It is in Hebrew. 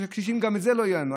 גם את זה לא יהיה לנו.